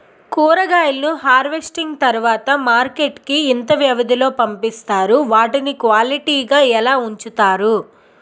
కూరగాయలను హార్వెస్టింగ్ తర్వాత మార్కెట్ కి ఇంత వ్యవది లొ పంపిస్తారు? వాటిని క్వాలిటీ గా ఎలా వుంచుతారు?